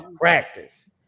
practice